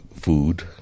food